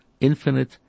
infinite